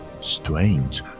Strange